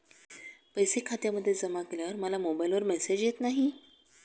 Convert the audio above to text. पैसे खात्यामध्ये जमा केल्यावर मला मोबाइलवर मेसेज येत नाही?